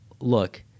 look